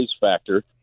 factor